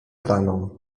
planom